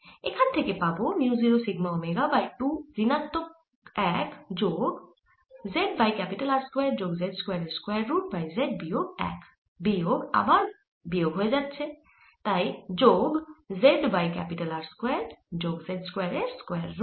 এখানে থেকে পাবো মিউ 0 সিগমা ওমেগা বাই 2 ঋণাত্মক 1 যোগ z বাই R স্কয়ার যোগ z স্কয়ার এর স্কয়ার রুট বাই z বিয়োগ 1 বিয়োগ আবার বিয়োগ হয়ে হচ্ছে যোগ z বাই R স্কয়ার যোগ z স্কয়ার এর স্কয়ার রুট